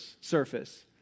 surface